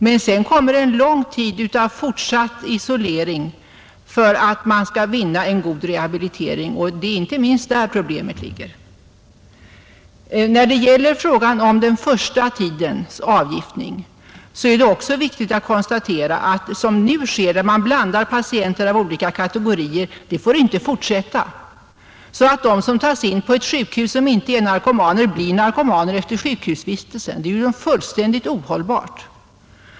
Men sedan kommer en lång tid av fortsatt isolering då patienten skall rehabiliteras. Det är inte minst där problemet ligger. Beträffande den första tidens avgiftning är det också viktigt att konstatera att vad som nu sker, när man blandar patienter av olika kategorier, inte får fortsätta. De icke-narkomaner som tas in på sjukhusen blir nu mycket lätt narkomaner under sjukhustiden. Det är ju fullständigt ohållbart!